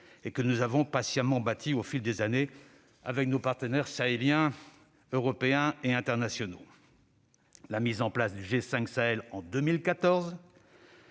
que nous avons patiemment bâtie au fil des années avec nos partenaires sahéliens, européens et internationaux. La création du G5 Sahel en 2014,